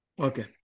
Okay